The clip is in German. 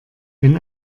wenn